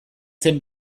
zen